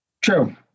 True